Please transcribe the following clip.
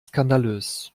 skandalös